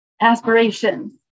aspirations